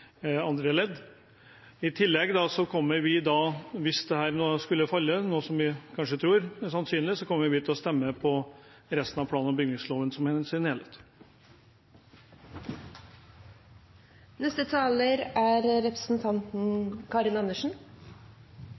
andre ledd. Hvis dette nå skulle falle, noe vi tror er sannsynlig, kommer vi til å stemme for resten av plan- og bygningsloven i sin helhet. Jeg er